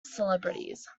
celebrities